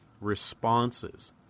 responses